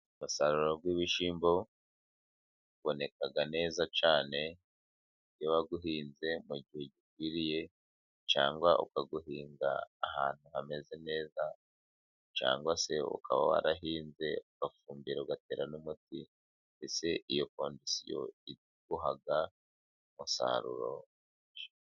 Umusaruro w'ibishyimbo uboneka neza cyane iyo wawuhinze mu gihe gikwiriye, cyangwa ukawuhinga ahantu hameze neza, cyangwa se ukaba warahinze ugafumbira ugatera n' umuti, mbese iyo kondisiyo iguha umusaruro.